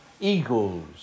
eagles